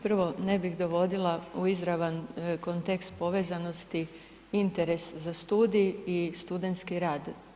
Prvo ne bih dovodila u izravan kontekst povezanost i interes za studij i studentski rad.